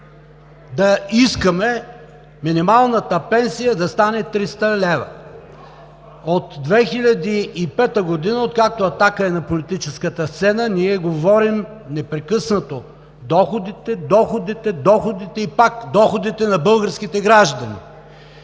да искаме минималната пенсия да стане 300 лв. От 2005 г., откакто „Атака“ е на политическата сцена, ние говорим непрекъснато: доходите, доходите, доходите и пак доходите на българските граждани.